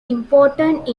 important